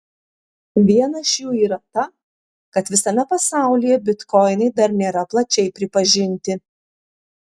viena iš jų yra ta kad visame pasaulyje bitkoinai dar nėra plačiai pripažinti